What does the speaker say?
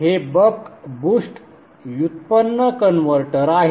हे buck boost व्युत्पन्न converter आहे